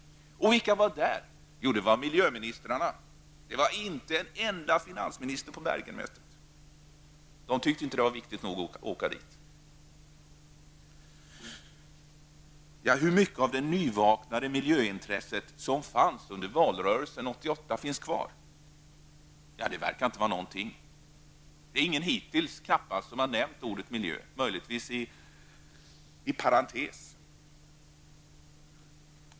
Vilka var där? Jo, miljöministrarna. Inte en enda finansminister hade besvärat sig att åka dit. Hur mycket av det nyvaknade miljöintresset som fanns under valrörelsen 1988 finns kvar? Det verkar inte vara någonting. Ingen har hittills nämnt ordet miljö annat än möjligtvis inom parentes.